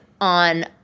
on